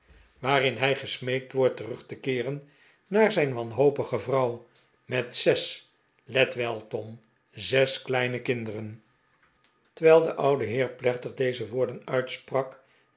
waarin hij gesmeekt wordt terug te keeren naar zijn wanhopige vrouw met zes let wel tom zes kleine kinderen terwijl de oude heer plechtig deze woorden uitsprak